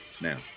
Now